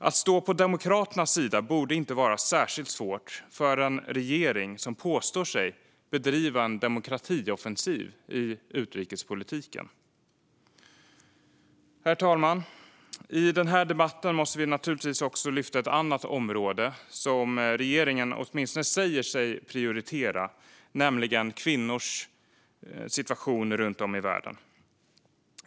Att stå på demokraternas sida borde inte vara särskilt svårt för en regering som påstår sig bedriva en demokratioffensiv i utrikespolitiken. Herr talman! I denna debatt måste vi naturligtvis lyfta upp ett annat område som regeringen åtminstone säger sig prioritera, nämligen kvinnors situation runt om i världen.